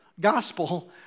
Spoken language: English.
gospel